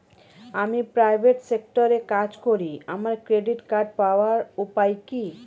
আমি প্রাইভেট সেক্টরে কাজ করি আমার ক্রেডিট কার্ড পাওয়ার উপায় কি?